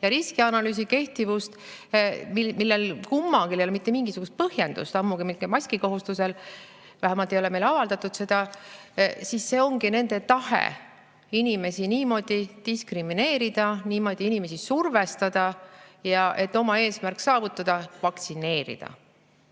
ja riskianalüüsi kehtivust, millel kummalgi ei ole mitte mingisugust põhjendust, ammugi mingil maskikohustusel, vähemalt ei ole meile seda avaldatud, see ongi nende tahe inimesi niimoodi diskrimineerida, inimesi survestada, et oma eesmärki saavutada – vaktsineerida.